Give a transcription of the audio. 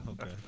Okay